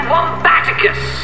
Wombaticus